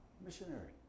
missionary